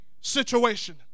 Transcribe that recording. situation